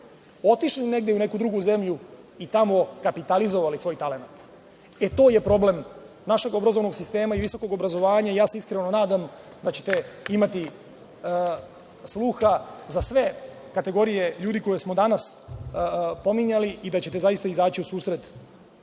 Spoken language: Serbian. otišli negde u neku drugu zemlju i tamo kapitalizovali svoj talenat. To je problem našeg obrazovnog sistema i visokog obrazovanja i iskreno se nadam da ćete imati sluha za sve kategorije ljudi koje smo danas pominjali i da ćete zaista izaći u susret